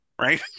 right